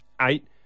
eight